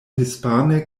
hispane